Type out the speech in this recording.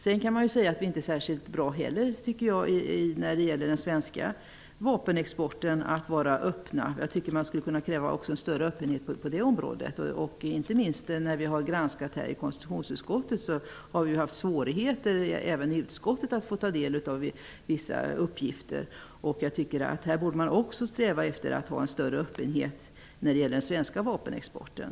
Vi i Sverige är inte heller särskilt bra på att vara öppna när det gäller den svenska vapenexporten. Man skulle kunna kräva en större öppenhet även på det området. Inte minst när vi i konstitutionsutskottet har granskat, har vi haft svårigheter att få ta del av vissa uppgifter. Man borde sträva efter en större öppenhet även när det gäller den svenska vapenexporten.